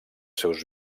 seus